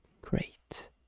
great